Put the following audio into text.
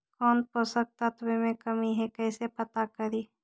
कौन पोषक तत्ब के कमी है कैसे पता करि?